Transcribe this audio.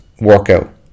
workout